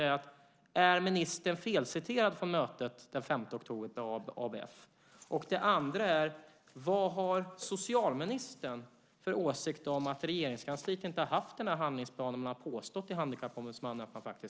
Är ministern felciterad från mötet den 5 oktober på ABF? Vad har socialministern för åsikt om att Regeringskansliet inte har haft handlingsplanen men har påstått till Handikappombudsmannen att den finns?